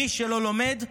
מי שלא לומד,